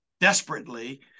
desperately